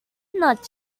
not